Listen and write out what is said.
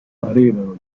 parevano